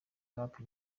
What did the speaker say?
rap